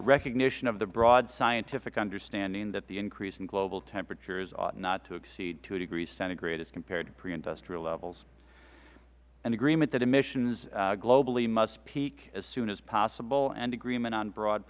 recognition of the broad scientific understanding that the increase in global temperatures ought not to exceed two degrees centigrade as compared to pre industrial levels an agreement that emissions globally must peak as soon as possible and agreement on broad